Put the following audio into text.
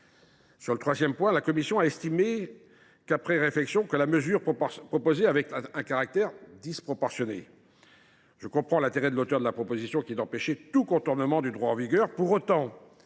Sur le troisième point, la commission a estimé après réflexion que la mesure proposée avait un caractère disproportionné. Je comprends l’intention de l’auteur de la proposition de loi, qui est d’empêcher tout contournement du droit en vigueur.